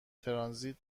ترانزیت